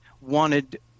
wanted